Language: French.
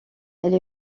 elle